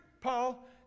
Paul